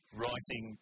writing